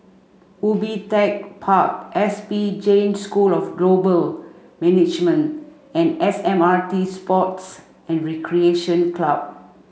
Ubi Tech Park S P Jain School of Global Management and S M R T Sports and Recreation Club